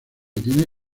tiene